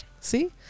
See